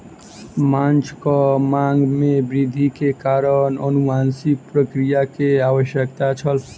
माँछक मांग में वृद्धि के कारण अनुवांशिक प्रक्रिया के आवश्यकता छल